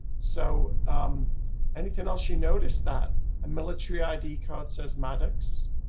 so anything else you noticed that a military id card says maddox.